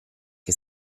che